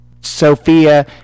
Sophia